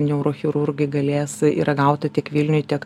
neurochirurgai galės yra gauta tiek vilniuj tiek